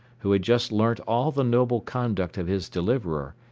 who had just learnt all the noble conduct of his deliverer,